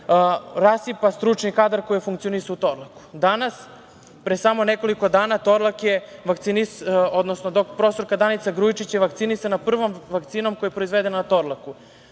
rasipa stručni kadar koji je funkcionisao u Torlaku. Danas, pre samo nekoliko dana profesorka Danica Grujičić je vakcinisana prvom vakcinom koja je proizvedena na Torlaku.